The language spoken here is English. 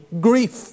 Grief